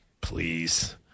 Please